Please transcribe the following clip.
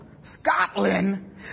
Scotland